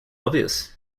obvious